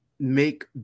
make